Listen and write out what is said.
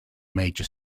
major